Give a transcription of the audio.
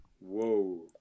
Whoa